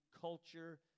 culture